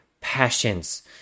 passions